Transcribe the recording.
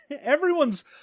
everyone's